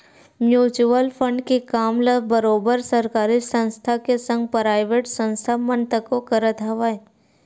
mutual fund के काम ल बरोबर सरकारी संस्था के संग पराइवेट संस्था मन तको करत हवय